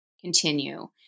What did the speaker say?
continue